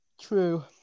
True